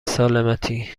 سالمتی